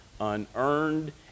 unearned